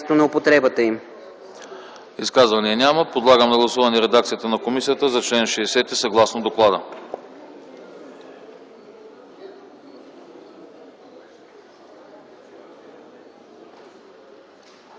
Изказвания няма. Подлагам на гласуване редакцията на комисията за чл. 60 съгласно доклада.